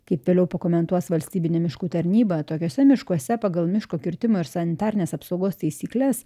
kaip vėliau pakomentuos valstybinė miškų tarnyba tokiuose miškuose pagal miško kirtimo ir sanitarinės apsaugos taisykles